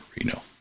Reno